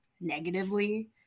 negatively